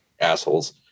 assholes